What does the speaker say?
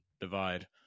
divide